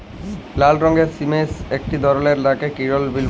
লাল রঙের সিমের একটি ধরল যাকে কিডলি বিল বল্যে